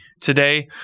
today